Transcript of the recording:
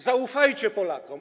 Zaufajcie Polakom.